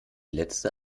letzte